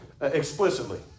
explicitly